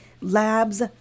labs